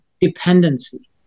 dependency